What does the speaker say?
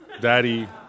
Daddy